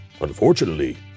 Unfortunately